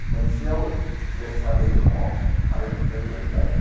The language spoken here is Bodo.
मोनसेयाव लेथ्रा दै दङ आरो मोनसेयाव जाहैबाय